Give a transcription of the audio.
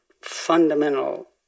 fundamental